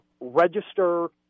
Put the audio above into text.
register